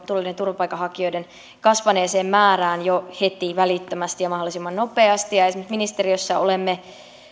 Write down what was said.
tulleiden turvapaikanhakijoiden kasvaneeseen määrään jo heti välittömästi ja mahdollisimman nopeasti esimerkiksi ministeriössä olemme